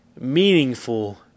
meaningful